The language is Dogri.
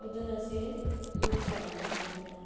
औह्दे नै असें गी नुकसान बी होना ऐ